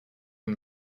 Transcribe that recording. une